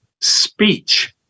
speech